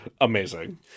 Amazing